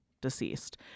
deceased